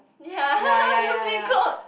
ya muslim clothes